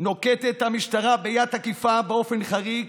נוקטת המשטרה יד תקיפה באופן חריג,